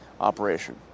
operation